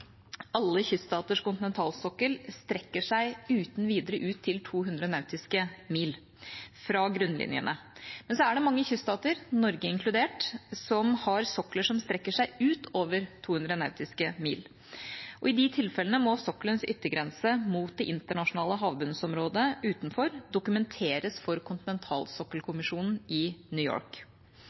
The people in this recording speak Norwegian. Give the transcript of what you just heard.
alle kyststaters kontinentalsokkel strekker seg uten videre ut til 200 nautiske mil fra grunnlinjene. Men det er mange kyststater, Norge inkludert, som har sokler som strekker seg utover 200 nautiske mil. I de tilfellene må sokkelens yttergrense mot de internasjonale havbunnsområdene utenfor dokumenteres for kontinentalsokkelkommisjonen i New York.